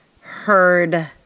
heard